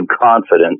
confidence